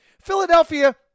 Philadelphia